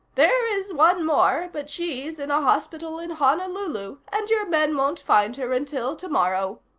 there is one more, but she's in a hospital in honolulu, and your men won't find her until tomorrow.